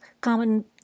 common